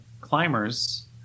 climbers